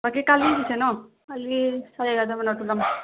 বাকী কালি দিছে ন কালি চাৰে এঘাৰটা মানত যাম